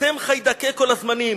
אתם חיידקי כל הזמנים.